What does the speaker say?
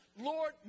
Lord